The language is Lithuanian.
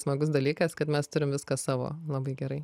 smagus dalykas kad mes turim viską savo labai gerai